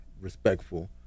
respectful